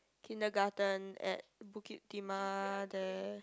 kindergarten at Bukit-Timah there